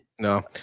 No